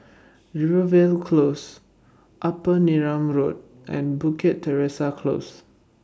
Rivervale Close Upper Neram Road and Bukit Teresa Close